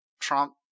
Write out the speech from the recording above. Trump